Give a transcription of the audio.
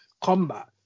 combat